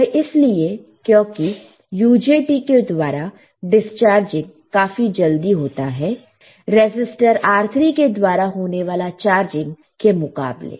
यह इसलिए क्योंकि UJT के द्वारा डिसचार्जिंग काफी जल्दी होता है रजिस्टर R3 के द्वारा होने वाले चार्जिंग के मुकाबले